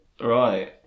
Right